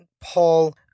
Paul